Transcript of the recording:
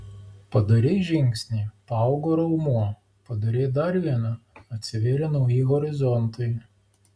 padarei žingsnį paaugo raumuo padarei dar vieną atsivėrė nauji horizontai